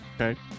Okay